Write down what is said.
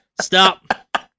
Stop